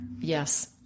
Yes